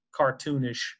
cartoonish